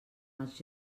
els